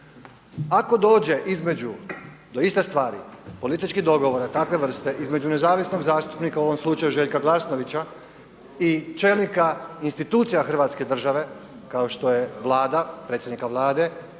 Ako dođe između do iste stvari političkih dogovora takve vrste između nezavisnog zastupnika u ovom slučaju Željka Glasnovića i čelnika institucija Hrvatske države kao što je Vlada, predsjednika Vlade,